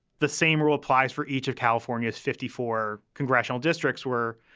the same rule applies for each of california's fifty four congressional districts where,